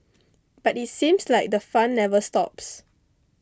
but it seems like the fun never stops